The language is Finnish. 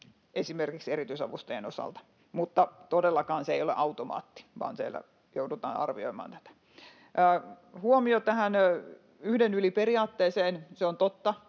esimerkiksi erityisavustajien osalta, mutta todellakaan se ei ole automaatti, vaan siellä joudutaan arvioimaan näitä. Huomio tähän yhden yli -periaatteeseen. Se on totta,